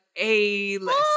A-list